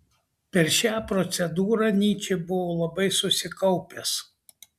per šią procedūrą nyčė buvo labai susikaupęs